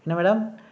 என்ன மேடம்